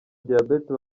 diyabete